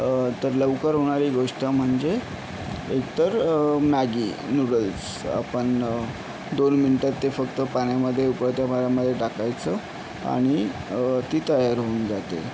तर लवकर होणारी गोष्ट म्हणजे एक तर मॅगी नूडल्स आपण दोन मिनटात ते फक्त पाण्यामध्ये उकळत्या पाण्यामध्ये टाकायचं आणि ती तयार होऊन जाते